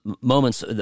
moments